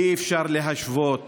( שתהיה השוואה.) אי-אפשר להשוות